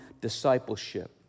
discipleship